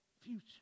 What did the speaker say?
future